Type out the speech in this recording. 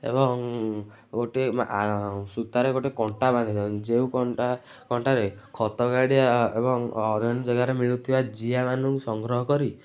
ଏବଂ ଗୋଟେ ସୂତାରେ କଣ୍ଟା ବାନ୍ଧି ଦିଅନ୍ତୁ ଯେଉଁ କଣ୍ଟା କଣ୍ଟାରେ ଖତ ଗାଡ଼ିଆ ଏବଂ ଆରେଞ୍ଜ ଜାଗାରେ ମିଳୁଥିବା ଜିଆମାନଙ୍କୁ ସଂଗ୍ରହ କରି